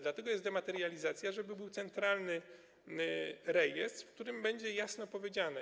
Dlatego jest dematerializacja, żeby był centralny rejestr, w którym to będzie jasno powiedziane.